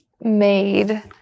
made